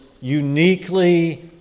uniquely